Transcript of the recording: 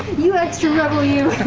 you extra rebel, you!